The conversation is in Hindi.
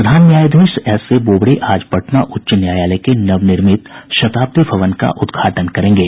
प्रधान न्यायाधीश एस ए बोबड़े आज पटना उच्च न्यायालय के नवनिर्मित शताब्दी भवन का उद्घाटन करेंगे